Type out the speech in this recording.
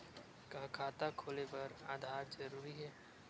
का खाता खोले बर आधार जरूरी हे?